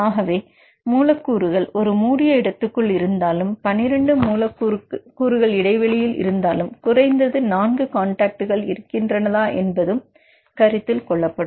ஆகவே மூலக்கூறுகள் ஒரு மூடிய இடத்துக்குள் இருந்தாலும் 12 மூலக்கூறுகள் இடைவெளியில் இருந்தாலும் குறைந்தது நான்கு கான்டக்ட் இருக்கிறதா என்பதும் கருத்தில் கொள்ளப்படும்